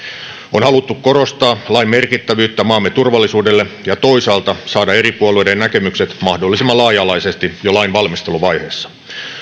on haluttu korostaa lain merkittävyyttä maamme turvallisuudelle ja toisaalta saada eri puolueiden näkemykset mahdollisimman laaja alaisesti jo lain valmisteluvaiheessa